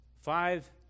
five